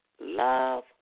Love